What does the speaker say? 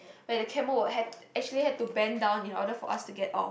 where the camel actually had to bend down in order for us to get off